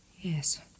Yes